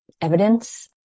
evidence